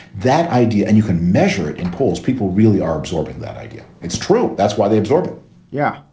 that idea. and you can measure it in polls. people really are absorbing that idea. it's true. that's why they absorb yeah.